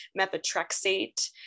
methotrexate